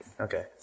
Okay